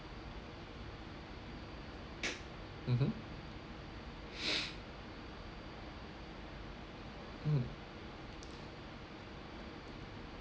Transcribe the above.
mmhmm mm